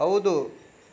ಹೌದು